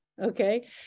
Okay